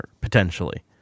potentially